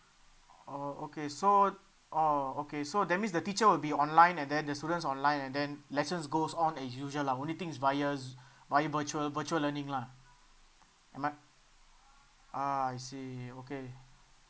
oh okay so oh okay so that means the teacher will be online and then the students online and then lectures goes on as usual lah only thing is via zoo~ via virtual virtual learning lah am I ah I see okay